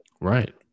Right